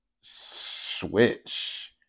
switch